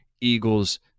Eagles